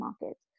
markets